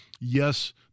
Yes